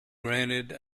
granted